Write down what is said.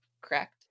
correct